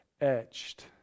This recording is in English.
etched